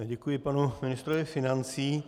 Děkuji panu ministrovi financí.